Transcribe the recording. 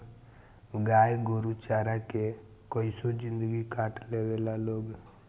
गाय गोरु चारा के कइसो जिन्दगी काट लेवे ला लोग